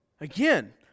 Again